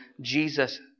Jesus